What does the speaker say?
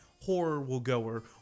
horror-will-goer